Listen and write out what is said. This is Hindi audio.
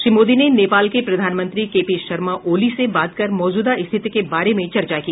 श्री मोदी ने नेपाल के प्रधानमंत्री के पी शर्मा ओली से बात कर मौजूदा स्थिति के बारे में चर्चा की